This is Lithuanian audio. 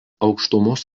aukštumos